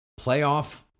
Playoff